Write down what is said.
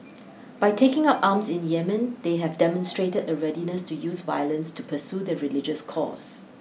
by taking up arms in Yemen they have demonstrated a readiness to use violence to pursue their religious cause